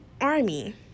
army